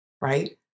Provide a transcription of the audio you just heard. Right